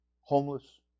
homeless